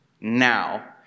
now